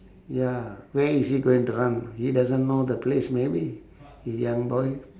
ya where is he going to run he doesn't know the place maybe he young boy